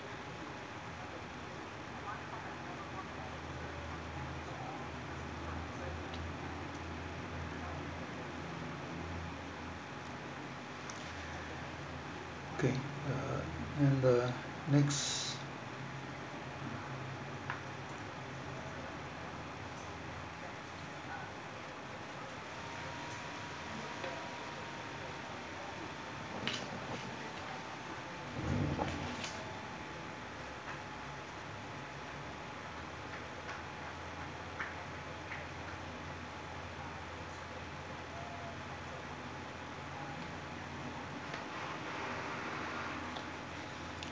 okay uh and the next